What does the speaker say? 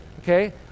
okay